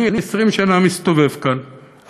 אני 20 שנה מסתובב כאן,